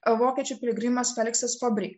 vokiečių piligrimas feliksas fabri